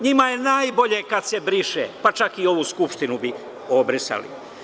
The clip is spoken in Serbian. Njima je najbolje kada se briše, pa čak bi i ovu skupštinu obrisali.